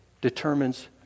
determines